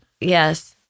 yes